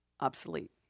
obsolete